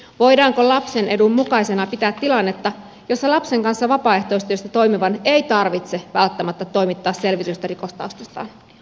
voidaanko lapsen edun mukaisena pitää tilannetta jossa lapsen kanssa vapaaehtoistyössä toimivan ei tarvitse välttämättä toimittaa selvitystä rikostaustastaan